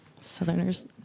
Southerners